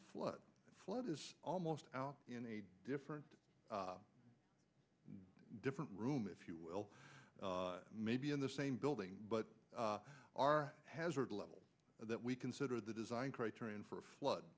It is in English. flood flood is almost in a different different room if you will maybe in the same building but our hazard level that we consider the design criterion for a flood